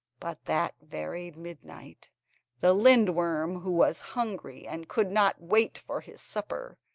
but that very midnight the lindworm, who was hungry and could not wait for his supper,